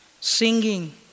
singing